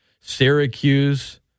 Syracuse